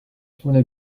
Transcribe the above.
fonde